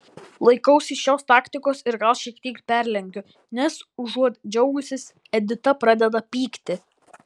laikausi šios taktikos ir gal šiek tiek perlenkiu nes užuot džiaugusis edita pradeda pykti